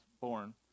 born